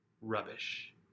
rubbish